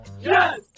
Yes